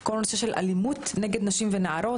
כל הנושא של אלימות נגד נשים ונערות,